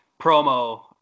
promo